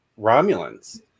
Romulans